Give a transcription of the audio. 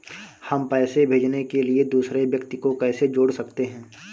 हम पैसे भेजने के लिए दूसरे व्यक्ति को कैसे जोड़ सकते हैं?